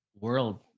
world